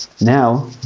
Now